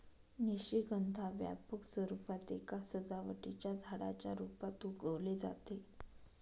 निशिगंधा व्यापक स्वरूपात एका सजावटीच्या झाडाच्या रूपात उगवले जाते